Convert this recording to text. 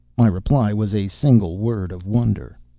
my reply was a single word of wonder.